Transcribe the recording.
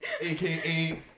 AKA